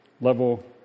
level